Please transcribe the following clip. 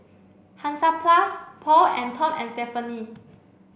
Hansaplast Paul and Tom and Stephanie